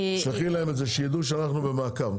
תשלחי להם את זה שידעו שאנחנו במעקב.